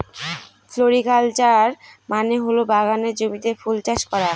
floriculture মানে হল বাগানের জমিতে ফুল চাষ করা